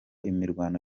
imirwano